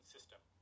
System